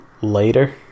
later